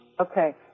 Okay